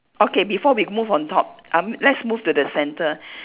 okay before we move on top um let's move to the centre